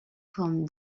forme